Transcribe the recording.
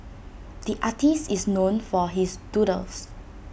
the artist is known for his doodles